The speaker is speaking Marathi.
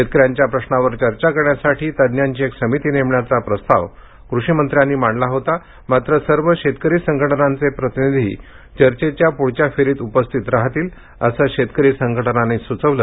शेतकऱ्यांच्या प्रश्नांवर चर्चा करण्यासाठी तज्ज्ञांची एक समिती नेमण्याचा प्रस्ताव कृषीमंत्र्यांनी मांडला होता मात्र सर्व शेतकरी संघटनांचे प्रतिनिधी चर्चेच्या पुढच्या फेरीत उपस्थित राहतील असं शेतकरी संघटनांनी सुचवलं